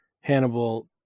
Hannibal